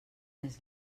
més